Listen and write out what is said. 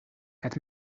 het